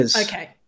Okay